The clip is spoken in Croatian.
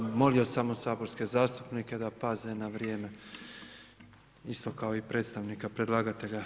Ja bih molio samo saborske zastupnike da paze na vrijeme isto kao i predstavnika predlagatelja.